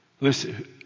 Listen